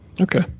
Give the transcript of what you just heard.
okay